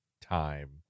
time